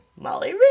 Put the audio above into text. Molly